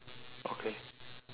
okay